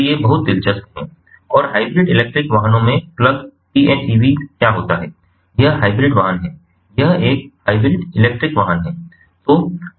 तो ये बहुत दिलचस्प हैं और हाइब्रिड इलेक्ट्रिक वाहनों में प्लग PHEVs क्या होता है यह हाइब्रिड वाहन है यह एक हाइब्रिड इलेक्ट्रिक वाहन है